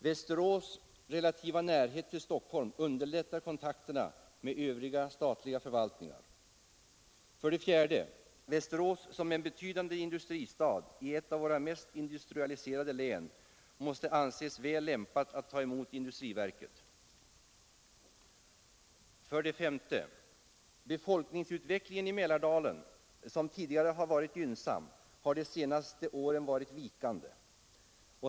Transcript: Västerås relativa närhet till Stockholm underlättar kontakterna med övriga statliga förvaltningar. 4. Västerås som är en betydande industristad i ett av våra mest industrialiserade län måste anses väl lämpat att ta emot industriverket. S. Befolkningsutvecklingen i Mälardalen, som tidigare varit gynnsam, har de senaste åren varit vikande.